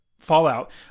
Fallout